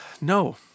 No